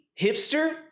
hipster